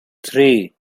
three